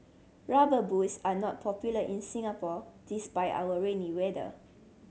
Rubber Boots are not popular in Singapore despite our rainy weather